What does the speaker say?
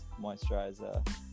moisturizer